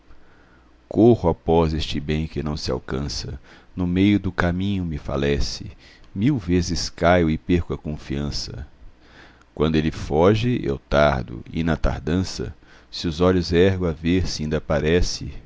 corro após este bem que não se alcança no meio do caminho me falece mil vezes caio e perco a confiança quando ele foge eu tardo e na tardança se os olhos ergo a ver se inda parece